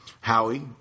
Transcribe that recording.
Howie